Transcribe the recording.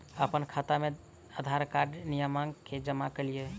अप्पन खाता मे आधारकार्ड कियाक नै जमा केलियै?